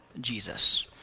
Jesus